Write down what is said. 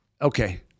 Okay